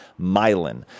myelin